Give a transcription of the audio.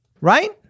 Right